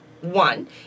one